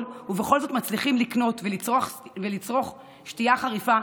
ובכל זאת מצליחים לקנות ולצרוך שתייה חריפה,